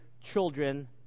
children